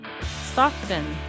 Stockton